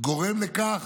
גורם לכך,